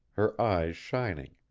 her eyes shining.